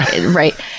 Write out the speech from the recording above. Right